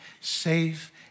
safe